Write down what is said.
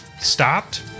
stopped